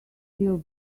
still